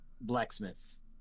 blacksmith